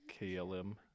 KLM